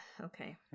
Okay